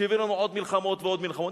שהביאו לנו עוד מלחמות ועוד מלחמות.